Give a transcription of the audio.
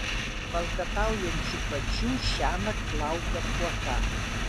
valkataujančių kačių šiąnakt laukia puota